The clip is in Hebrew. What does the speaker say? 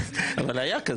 אבל היה כזה.